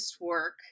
work